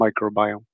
microbiome